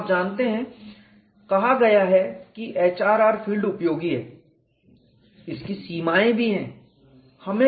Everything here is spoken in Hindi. और आप जानते हैं कहा गया है कि HRR फील्ड उपयोगी है इसकी सीमाएँ भी हैं